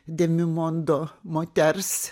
demi mondo moters